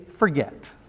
Forget